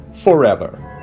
forever